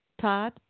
Todd